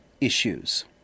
issues